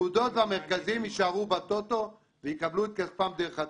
והמרכזים יישארו בטוטו ויקבלו את כספם דרך הטוטו.